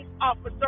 officer